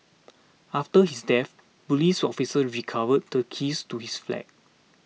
after his death police officers recovered the keys to his flat